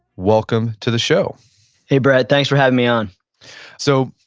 welcome to the show hey brett, thanks for having me on so,